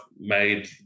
made